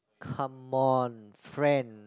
come on friend